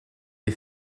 est